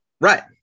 Right